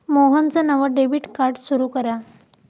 मोहनचं नवं debit card सुरू करा